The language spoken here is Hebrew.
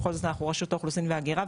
בכל זאת אנחנו רשות האוכלוסין וההגירה,